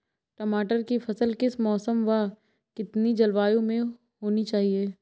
टमाटर की फसल किस मौसम व कितनी जलवायु में होनी चाहिए?